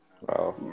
Wow